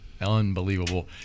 Unbelievable